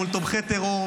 מול תומכי טרור,